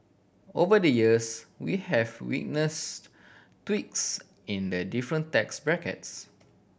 over the years we have witnessed tweaks in the different tax brackets